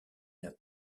n’a